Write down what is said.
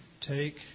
Take